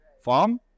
farm